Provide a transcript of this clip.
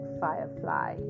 firefly